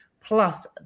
Plus